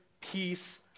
peace